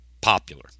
popular